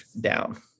down